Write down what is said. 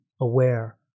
aware